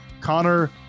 Connor